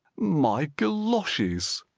my goloshes!